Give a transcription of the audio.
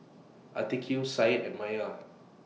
Atiqah Said and Maya